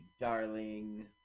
darling